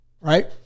Right